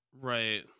right